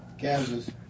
Kansas